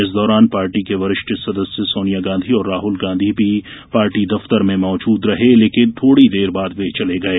इस दौरान पार्टी की वरिष्ठ सदस्य सोनिया गांधी और राहुल गांधी भी पार्टी दफ्तर में मौजूद रहे लेकिन थोड़ी देर बाद चले गए